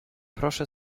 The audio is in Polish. proszę